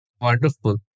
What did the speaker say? Wonderful